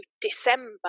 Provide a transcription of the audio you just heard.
december